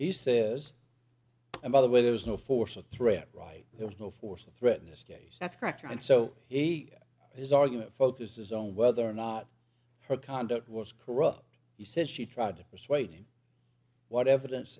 he says and by the way there is no force or threat right there was no force and threaten this case that's correct and so he his argument focuses on whether or not her conduct was corrupt he said she tried to persuade him what evidence